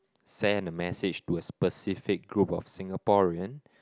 send a message to a specific group of Singaporean